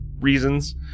reasons